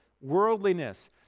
worldliness